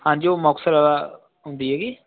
ਹਾਂਜੀ ਉਹ ਮੁਕਤਸਰ ਆਉਂਦੀ ਹੈਗੀ